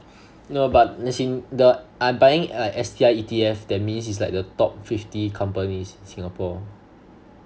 no but as in the I'm buying uh S_T_I_E_T_F that's means its like the top fifty companies in singapore